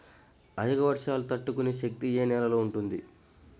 అధిక వర్షాలు తట్టుకునే శక్తి ఏ నేలలో ఉంటుంది?